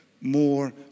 more